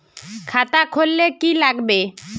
खाता खोल ले की लागबे?